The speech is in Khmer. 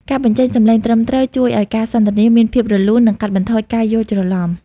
ការបញ្ចេញសំឡេងត្រឹមត្រូវជួយឱ្យការសន្ទនាមានភាពរលូន និងកាត់បន្ថយការយល់ច្រឡំ។